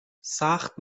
سخت